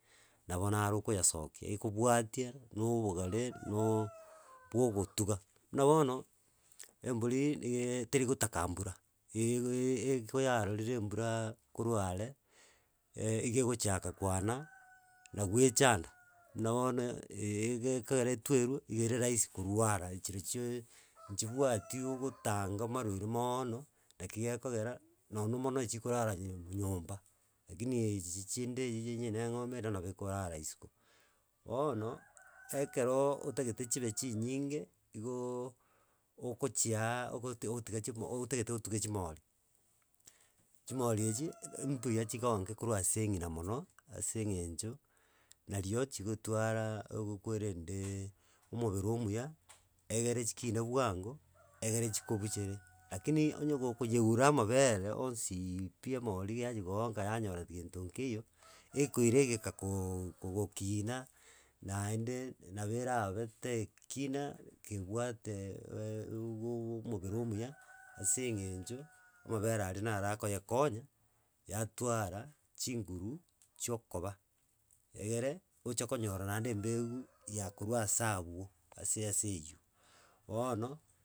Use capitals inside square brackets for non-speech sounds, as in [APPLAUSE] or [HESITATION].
Abo naro okayasokia. Ekobwatia no obogare bwo ogotuga. Buna bono ebori ee tirigotaka mbura. [HESITATION] eh ekero yarorire embura. koruare, ee igo egochaka koana na goechanda. No no ekogera etweru igo ere raisi korwara. Chirochio chibwati gotanga, marwaire mooo no. Naki ekongera. nono mono nigo chikorara nyomba. Rakini ichi chinde. inye ne engombe igo ekorara isiko. Bono. ekero otagete chibe chinyige. igooo, ogochia ogotiga. otegete gotuga chimori echi. buya chigonke korwa ase engina mono, ase egencho. nario chigotwara abokwerende, omobere omuya. Egere. chikine bwango. egere chikobuchere. Rakini onye gokonyeura. amabere onsii pi. emori ya ngonka. yanyora gento keinyo. ekoria egeka gokiria naende, nabo erabe. tekina ke bwate omobere omuya. ase engencho. amabere aria naro akoyekonya yatwara chinguru chiookoba. Egere. oche konyora naende embegu ya korua asabwo. ase ase enywo. Bono.